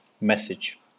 message